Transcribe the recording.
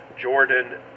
Jordan